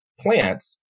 plants